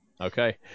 okay